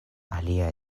aliaj